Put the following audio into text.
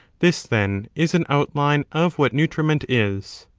this, then, is an outline of what nutriment is.